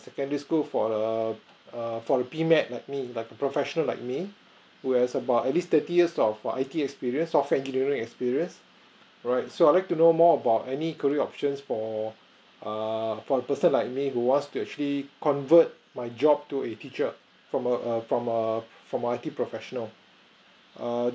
secondary school for err err for a P MET like me like a professional like me who has about at least thirty years of I_T experience of engineering experience alright so I'd like to know more about any career options for err for a person like me who want to actually convert my job to a teacher from a a from a from a I_T professional err